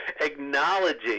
acknowledging